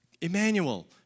Emmanuel